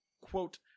quote